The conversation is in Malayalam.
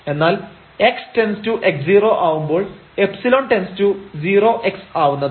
എന്നാൽ x→x 0 ആവുമ്പോൾ ϵ→0 x ആവുന്നതാണ്